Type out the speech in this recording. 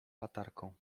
latarką